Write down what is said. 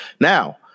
Now